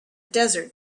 desert